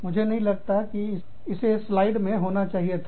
मुझे नहीं लगता कि इसे स्लाइड पट्टीका में होना चाहिए था